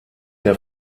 der